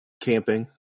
camping